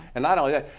and not only that,